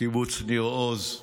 קיבוץ ניר עוז,